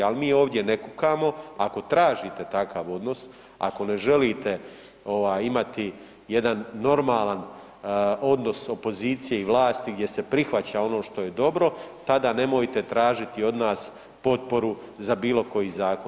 Al mi ovdje ne kukamo, ako tražite takav odnos, ako ne želite ovaj imati jedan normalan odnos opozicije i vlasti gdje se prihvaća ono što je dobro tada nemojte tražiti od nas potporu za bilo koji zakon.